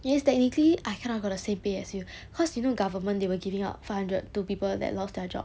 yes technically I kind of got the same pay as you cause you know government they were giving out five hundred to people that lost their job